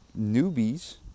newbies